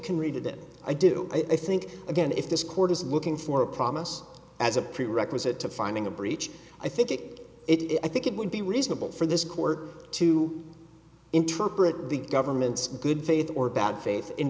can read it that i do i think again if this court is looking for a promise as a prerequisite to finding a breach i think it it i think it would be reasonable for this court to interpret the government's good faith or bad faith in